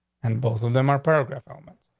and both of them are paragraph elements.